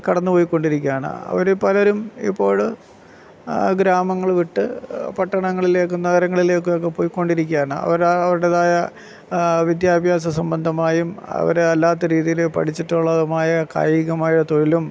കടന്നു പോയിക്കൊണ്ടിരിക്കുകയാണ് അവര് പലരും ഇപ്പോഴ് ഗ്രാമങ്ങൾ വിട്ട് പട്ടണങ്ങളിലേക്കും നഗരങ്ങളിലേക്കും ഒക്കെ പോയിക്കൊണ്ടിരിക്കുകയാണ് അവര് അവരുടേതായ വിദ്യാഭ്യാസ സംബന്ധമായും അവരല്ലാത്ത രീതിയില് പഠിച്ചിട്ടുള്ളതുമായ കായികമായ തൊഴിലും